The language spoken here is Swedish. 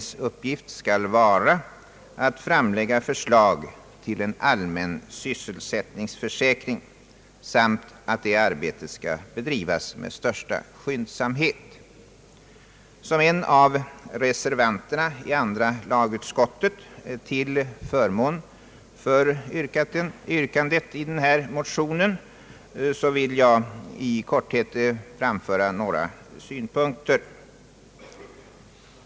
Som en av reservanterna i andra lagutskottet till förmån för yrkandet i de här motionerna vill jag framföra några synpunkter.